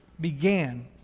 began